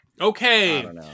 Okay